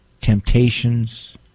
temptations